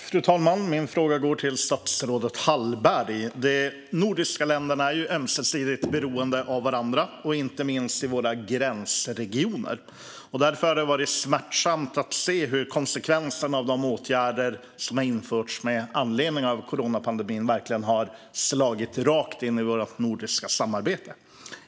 Fru talman! Min fråga går till statsrådet Hallberg. De nordiska länderna är ömsesidigt beroende av varandra, inte minst i våra gränsregioner. Därför har det varit smärtsamt att se hur konsekvenserna av de åtgärder som införts med anledning av coronapandemin har slagit rakt in i vårt nordiska samarbete.